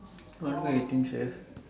want go eighteen chef